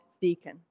deacon